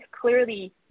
clearly